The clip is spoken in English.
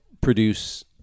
produce